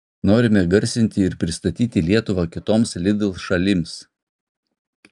norime garsinti ir pristatyti lietuvą kitoms lidl šalims